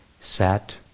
sat